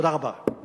תודה רבה, אדוני.